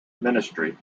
ministry